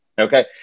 Okay